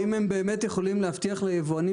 האם הם באמת יכולים להבטיח ליבואנים